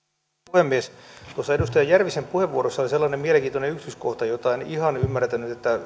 puhemies tuossa edustaja järvisen puheenvuorossa oli sellainen mielenkiintoinen yksityiskohta jota en ihan ymmärtänyt